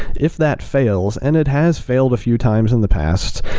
if that fails, and it has failed a few times in the past,